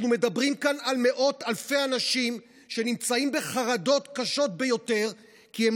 אנחנו מדברים כאן על מאות אלפי אנשים שנמצאים בחרדות קשות ביותר כי הם